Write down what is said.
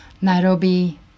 Nairobi